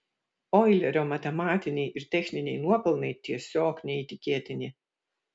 oilerio matematiniai ir techniniai nuopelnai tiesiog neįtikėtini